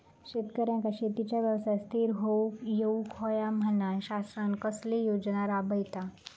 शेतकऱ्यांका शेतीच्या व्यवसायात स्थिर होवुक येऊक होया म्हणान शासन कसले योजना राबयता?